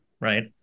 right